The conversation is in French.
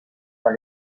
dans